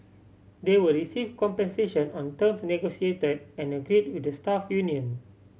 they will receive compensation on terms negotiated and agreed with the staff union